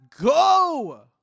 go